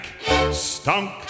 stunk